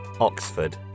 Oxford